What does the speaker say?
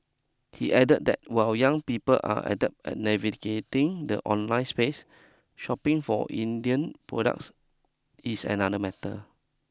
he added that while young people are adept at navigating the online space shopping for Indian products is another matter